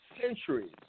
centuries